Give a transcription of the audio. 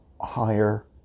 higher